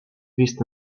vist